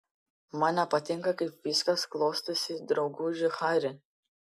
man nepatinka kaip viskas klostosi drauguži hari